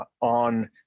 on